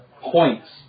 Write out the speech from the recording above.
points